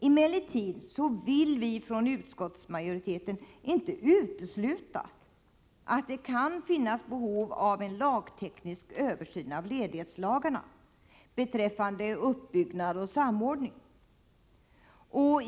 Emellertid vill vi från utskottsmajoritetens sida inte utesluta att det kan finnas behov av en lagteknisk översyn av ledighetslagarna beträffande uppbyggnad och samordning.